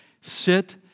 sit